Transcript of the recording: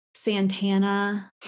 Santana